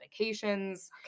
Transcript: medications